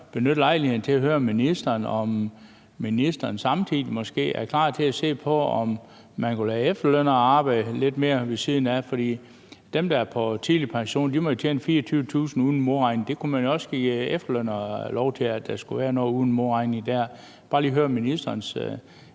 lige benytte lejligheden til at høre ministeren, om ministeren måske samtidig er klar til at se på, om man kunne lade efterlønnere arbejde lidt mere ved siden af. For dem, der er på tidlig pension, må jo tjene 24.000 kr. uden modregning, og der kunne man jo også give efterlønnere lov til, at der skulle være noget uden modregning. Jeg vil bare lige høre ministerens